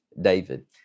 David